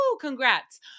congrats